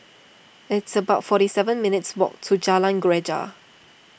it's about forty seven minutes' walk to Jalan Greja